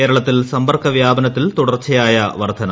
കേരളത്തിൽ സമ്പർക്ക് വ്യാപനത്തിൽ തുടർച്ചയായ വർദ്ധന